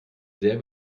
sehr